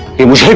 it was